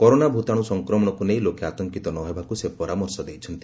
corona ଭୂତାଣୁ ସଂକ୍ରମଣକୁ ନେଇ ଲୋକେ ଆତଙ୍କିତ ନ ହେବାକୁ ସେ ପରାମର୍ଶ ଦେଇଛନ୍ତି